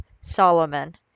Solomon